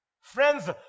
Friends